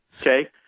Okay